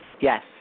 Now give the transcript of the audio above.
Yes